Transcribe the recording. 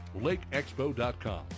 LakeExpo.com